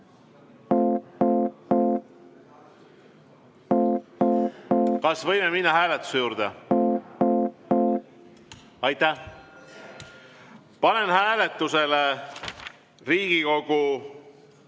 Kas võime minna hääletuse juurde? Panen hääletusele Riigikogu